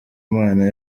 imana